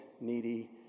needy